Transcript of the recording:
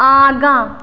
आगाँ